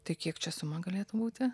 tai kiek čia suma galėtų būti